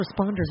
responders